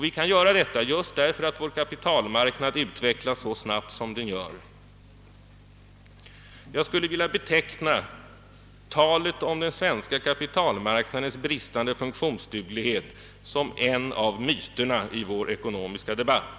Vi kan göra detta just därför att vår kapitalmarknad utvecklas så snabbt. Jag skulle vilja beteckna talet om den svenska kapitalmarknadens bristande funktionsduglighet som en av myterna i vår ekonomiska debatt.